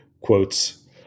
quotes